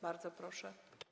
Bardzo proszę.